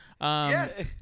Yes